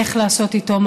איך לעשות איתו,